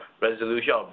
resolution